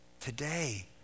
today